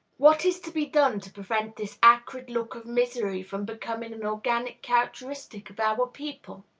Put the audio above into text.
what is to be done to prevent this acrid look of misery from becoming an organic characteristic of our people?